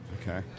Okay